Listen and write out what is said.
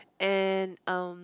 and um